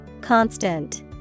Constant